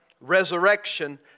resurrection